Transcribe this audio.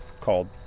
called